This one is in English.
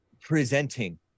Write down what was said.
presenting